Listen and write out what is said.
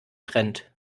trend